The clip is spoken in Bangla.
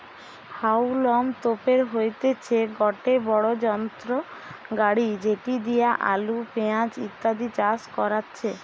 হাউলম তোপের হইতেছে গটে বড়ো যন্ত্র গাড়ি যেটি দিয়া আলু, পেঁয়াজ ইত্যাদি চাষ করাচ্ছে